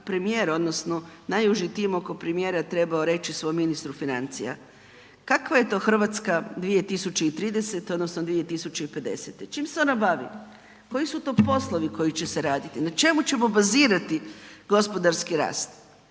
odnosno najuži tim oko premijera trebao reći svom ministru financija, kakva je to RH 2030. odnosno 2050., čim se ona bavi, koji su to poslovi koji će se raditi, na čemu ćemo bazirati gospodarski rast?